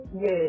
Yes